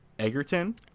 Egerton